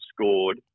scored